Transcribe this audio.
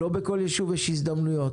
ולא בכל יישוב יש הזדמנויות.